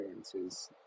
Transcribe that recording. experiences